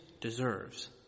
deserves